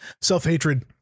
self-hatred